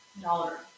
Daughter